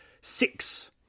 six